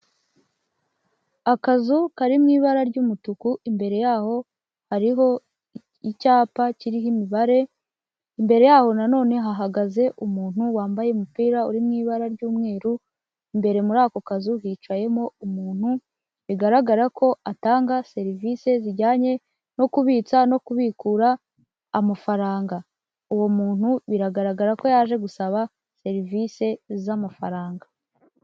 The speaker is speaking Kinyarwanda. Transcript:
Akazu kari mu ibara ry'umutuku imbere yaho hariho icyapa kiriho imibare, imbere yaho nanone hahagaze umuntu wambaye umupira uri mu ibara ry'umweru, imbere muri ako kazu hicayemo umuntu bigaragara ko atanga serivisi zijyanye no kubitsa no kubikura amafaranga. Uwo muntu biragaragara ko yaje gusaba serivise z'amafaranga.